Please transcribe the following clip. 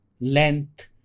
length